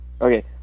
Okay